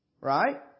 right